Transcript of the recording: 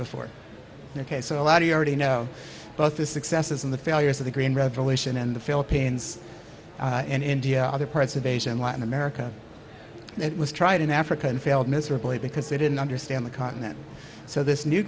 before ok so a lot of you already know about this excesses of the failures of the green revolution in the philippines and india other parts of asia in latin america it was tried in africa and failed miserably because they didn't understand the continent so this new